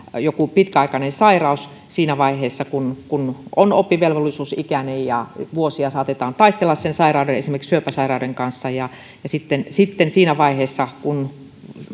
joku pitkäaikainen sairaus siinä vaiheessa kun kun on oppivelvollisuusikäinen ja vuosia saatetaan taistella sen sairauden esimerkiksi syöpäsairauden kanssa ja ja sitten sitten siinä vaiheessa kun